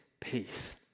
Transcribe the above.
peace